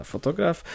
Fotograf